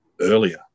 earlier